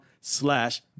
slash